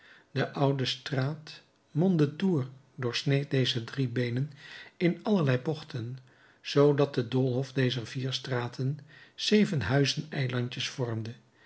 de oude straat mondétour doorsneed deze drie beenen in allerlei bochten zoodat de doolhof dezer vier straten zeven huizeneilandjes vormde